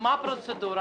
מה הפרוצדורה?